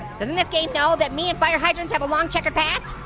doesn't this game know that me and fire hydrants have a long, checkered past.